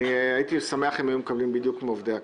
הייתי שמח אם הם היו מקבלים בדיוק כמו עובדי הכנסת.